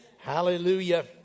Hallelujah